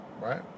Right